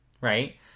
right